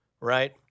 right